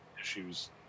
issues